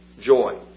joy